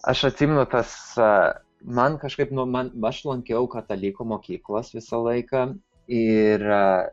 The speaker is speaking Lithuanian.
aš atsimenu tas man kažkaip nu man aš lankiau katalikų mokyklas visą laiką ir